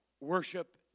worship